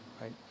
right